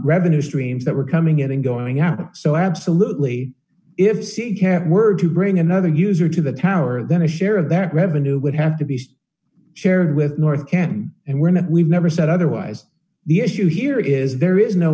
revenue streams that were coming out and going out so absolutely if seedcamp were to bring another user to the tower then a share of that revenue would have to be shared with north can and we're not we've never said otherwise the issue here is there is no